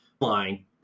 line